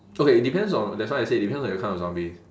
okay it depends on that's why I said depends on which kind of zombies